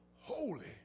holy